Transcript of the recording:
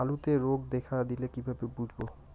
আলুতে রোগ দেখা দিলে কিভাবে বুঝবো?